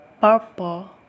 purple